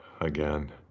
again